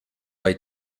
hay